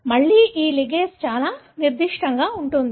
మళ్ళీ ఈ లిగేస్ చాలా నిర్దిష్టంగా ఉంది